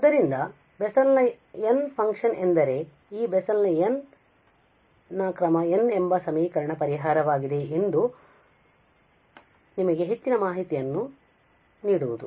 ಆದ್ದರಿಂದ ಬೆಸೆಲ್ ನ ಫಂಕ್ಷನ್ ಎಂದರೆBessel's function ಈ ಬೆಸೆಲ್ n ಫಂಕ್ಷನ್ ಬೆಸೆಲ್ ನ ಕ್ರಮ n ಎಂಬ ಸಮೀಕರಣದ ಪರಿಹಾರವಾಗಿದೆ ಎಂದು ನಿಮಗೆ ಹೆಚ್ಚಿನ ಮಾಹಿತಿಯನ್ನು ನೀಡುವುದು